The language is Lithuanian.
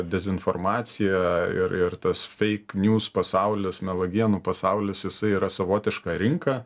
dezinformacija ir ir tas fake news pasaulis melagienų pasaulis jisai yra savotiška rinka